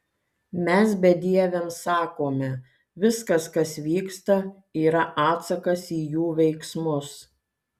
mes bedieviams sakome viskas kas vyksta yra atsakas į jų veiksmus